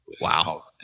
Wow